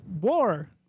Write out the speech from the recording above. war